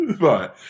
Right